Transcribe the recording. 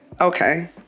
Okay